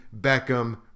Beckham